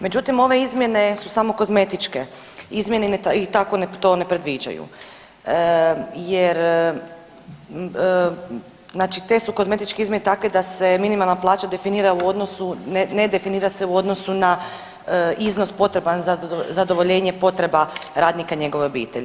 Međutim ove izmjene su samo kozmetičke izmjene i tako to ne predviđaju, jer znači te su kozmetičke izmjene takve da se minimalna plaća definira u odnosu nedefinira se u odnosu na iznos potreban za zadovoljenje potreba radnika i njegove obitelji.